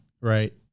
right